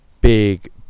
big